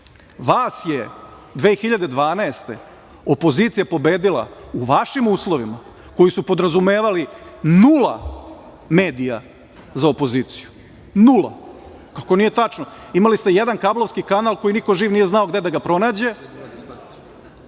vas je 2012. godine opozicija pobedila u vašim uslovima koji su podrazumevali nula medija za opoziciju, nula. Kako nije tačno? Imali ste jedan kablovski kanal koji niko živ nije znao gde da ga pronađe